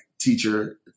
teacher